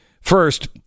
first